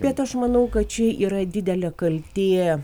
bet aš manau kad čia yra didelė kaltė